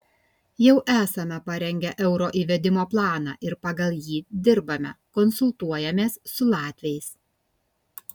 jau esame parengę euro įvedimo planą ir pagal jį dirbame konsultuojamės su latviais